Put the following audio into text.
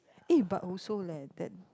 eh but also leh that